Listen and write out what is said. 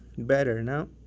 better now?